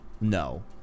No